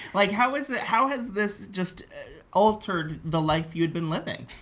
like, how is it, how has this just altered the life you had been living?